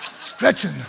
Stretching